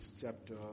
chapter